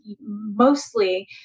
mostly